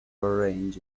arrange